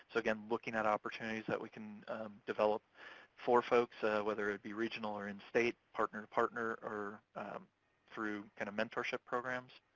so again, looking at opportunities that we can develop for folks, whether it be regional or in state, partner to partner, or through kinda mentorship programs.